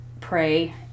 pray